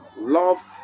Love